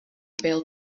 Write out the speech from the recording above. bêl